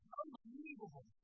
unbelievable